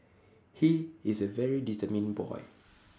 he is A very determined boy